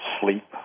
sleep